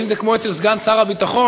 האם זה כמו אצל סגן שר הביטחון,